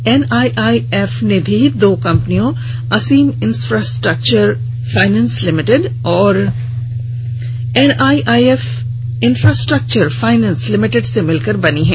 NII F निधि दो कंपनियों असीम इंफ्रास्ट्रक्चर फाइनेंस लिमिटेड और एनआईआईएफ इंफ्रास्ट्रक्चर फाइनेंस लिमिटेड से मिलकर बनी है